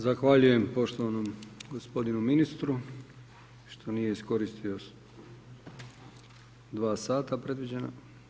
Zahvaljujem poštovanom gospodinu ministru što nije iskoristio dva sata predviđena.